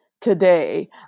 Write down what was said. today